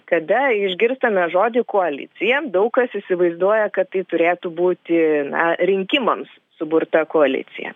kada išgirstame žodį koalicija daug kas įsivaizduoja kad tai turėtų būti na rinkimams suburta koalicija